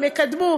הם יקדמו.